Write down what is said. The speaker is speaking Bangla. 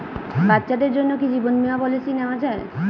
বাচ্চাদের জন্য কি জীবন বীমা পলিসি নেওয়া যায়?